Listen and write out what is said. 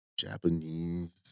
Japanese